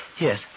Yes